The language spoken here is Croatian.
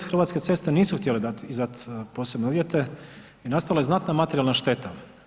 Hrvatske ceste nisu htjeli izdati posebne uvjete i nastala je znatna materijalna šteta.